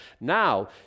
now